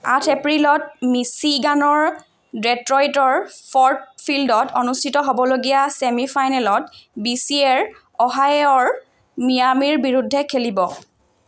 আঠ এপ্ৰিলত মিচিগানৰ ডেট্ৰইটৰ ফ'ৰ্ড ফিল্ডত অনুষ্ঠিত হ'বলগীয়া ছেমি ফাইনেলত বি চি এৰ অহাইঅ'ৰ মিয়ামীৰ বিৰুদ্ধে খেলিব